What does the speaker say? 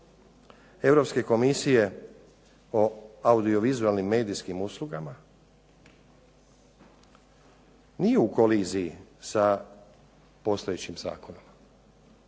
Europske Komisije o audiovizualnim medijskim uslugama nije u koliziji sa postojećim zakonom.